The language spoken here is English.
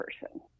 person